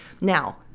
Now